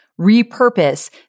repurpose